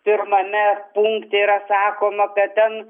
pirmame punkte yra sakoma kad ten